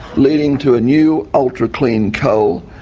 leading to a new ultra clean coal,